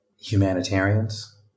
humanitarians